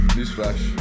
Newsflash